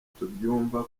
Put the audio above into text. tubyumva